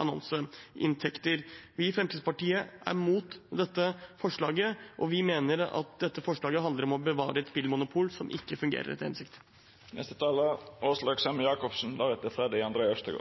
annonseinntekter. Vi i Fremskrittspartiet er imot dette forslaget. Vi mener at forslaget handler om å bevare et spillmonopol som ikke fungerer etter